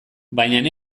baina